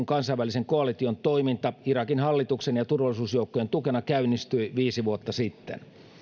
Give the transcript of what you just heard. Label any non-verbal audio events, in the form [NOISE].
[UNINTELLIGIBLE] kansainvälisen koalition toiminta irakin hallituksen ja turvallisuusjoukkojen tukena käynnistyi viisi vuotta sitten